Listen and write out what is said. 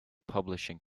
publishing